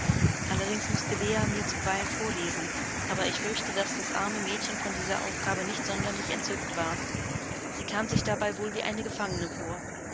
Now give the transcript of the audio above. allerdings mußte leah mir zuweilen vorlesen aber ich fürchte daß das arme mädchen von dieser aufgabe nicht sonderlich entzückt war sie kam sich dabei wohl wie eine gefangene vor